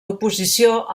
oposició